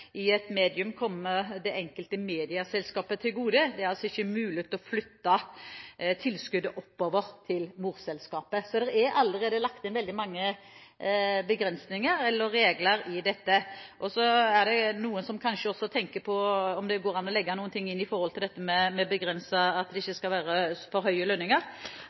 i et medium komme det enkelte medieselskapet til gode. Det er altså ikke mulig å flytte tilskuddet oppover til morselskapet. Så det er allerede lagt inn veldig mange regler i dette. Så er det noen som kanskje også tenker på om det går an å legge inn noe om at det ikke skal være for høye lønninger.